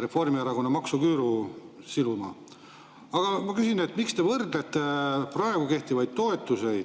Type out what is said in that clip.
Reformierakonna maksuküüru siluma. Aga ma küsin: miks te võrdlete praegu kehtivaid toetusi?